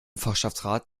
fachschaftsrat